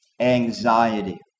Anxiety